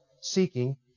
seeking